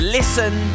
Listen